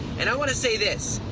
and i want to say this,